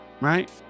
right